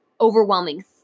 overwhelming